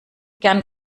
gerne